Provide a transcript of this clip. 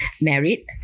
married